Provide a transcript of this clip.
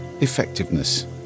effectiveness